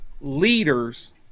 leaders